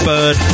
Bird